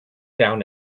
down